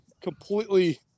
completely